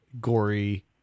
gory